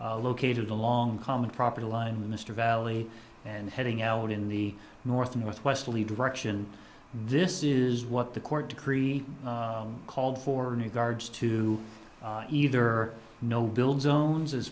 located along common property line mr valley and heading out in the north northwesterly direction this is what the court creek called for new guards to either no build zones as